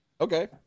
Okay